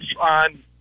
on